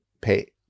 pay